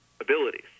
abilities